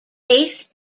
base